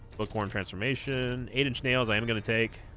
book horn transformation eight inch nails i am gonna take